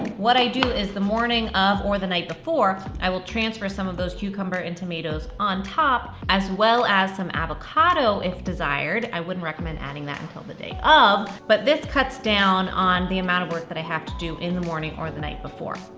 what i do is the morning of or the night before i will transfer some of those cucumber and tomatoes on top as well as some avocado if desired, i wouldn't recommend adding that until the day of, but this cuts down on the amount of work that i have to do in the morning or the night before.